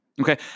Okay